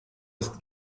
ist